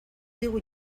digu